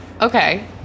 okay